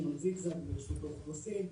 שמעון זיגזג מרשות האוכלוסין.